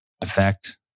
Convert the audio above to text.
effect